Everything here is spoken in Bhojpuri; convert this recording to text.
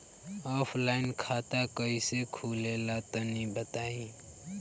ऑफलाइन खाता कइसे खुलेला तनि बताईं?